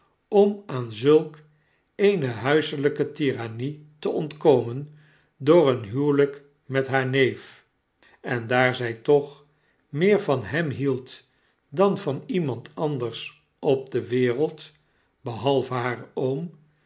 om aan zulk eene huiselyke tirannie te ontkomen door een huwelyk met haar neef en daar zy toch meer van hem hield dan van iemand anders op de wereld behalve haar oom